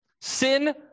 Sin